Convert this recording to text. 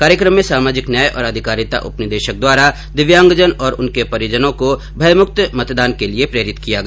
कार्यक्रम में सामाजिक न्याय और अधिकारिता उपनिदेशक द्वारा दिव्यांगजन और उनके परिजनों को भय मुक्त मतदान के लिये प्रेरित किया गया